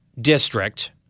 district